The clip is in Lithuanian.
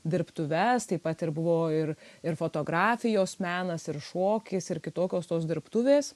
dirbtuves taip pat ir buvo ir ir fotografijos menas ir šokis ir kitokios tos dirbtuvės